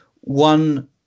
one